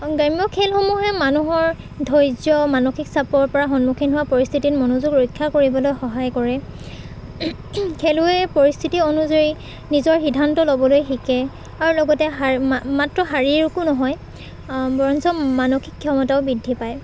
গ্ৰাম্য খেলসমূহে মানুহৰ ধৈৰ্য মানসিক চাপৰপৰা সন্মুখীন হোৱা পৰিস্থিতিত মনোযোগ ৰক্ষা কৰিবলৈ সহায় কৰে খেলুৱৈৰ পৰিস্থিতি অনুযায়ী নিজৰ সিদ্ধান্ত ল'বলৈ শিকে আৰু লগতে মাত্ৰ শাৰীৰিকো নহয় বৰঞ্জ মানসিক ক্ষমতাও বৃদ্ধি পায়